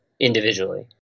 individually